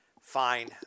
Fine